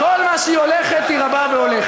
כל מה שהיא הולכת היא רבה והולכת.